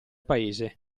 paese